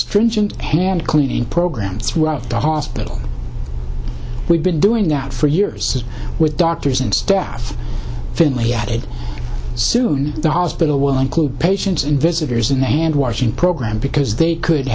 stringent and cleaning programs throughout the hospital we've been doing that for years with doctors and staff finlay added soon the hospital will include patients and visitors in the hand washing program because they could